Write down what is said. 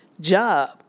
job